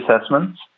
assessments